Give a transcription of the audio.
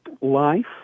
Life